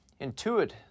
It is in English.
Intuit